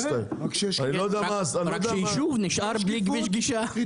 רק שיישוב נשאר בלי כביש גישה.